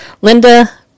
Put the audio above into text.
Linda